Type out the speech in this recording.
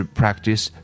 practice